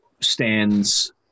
stands